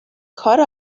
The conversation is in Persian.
کار